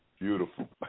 Beautiful